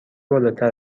بالاتر